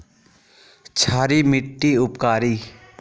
क्षारी मिट्टी उपकारी?